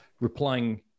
replying